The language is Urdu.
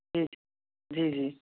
جی جی جی